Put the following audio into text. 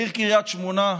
העיר קריית שמונה,